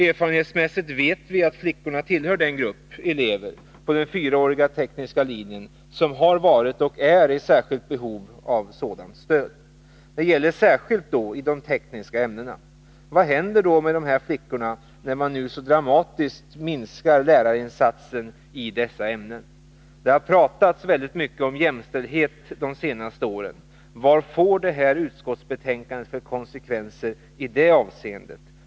Erfarenhetsmässigt vet vi att flickorna tillhör den grupp elever på den fyraåriga tekniska linjen som har varit och är i särskilt stort behov av stöd. Detta gäller särskilt i de tekniska ämnena. Vad händer då med dessa flickor när man nu så dramatiskt minskar lärarinsatsen i de tekniska ämnena? Det har pratats väldigt mycket om jämställdhet de senaste åren. Vad får det här utskottsbetänkandet för konsekvenser i det avseendet?